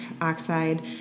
oxide